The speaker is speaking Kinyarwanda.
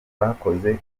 bakoze